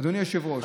אדוני היושב-ראש,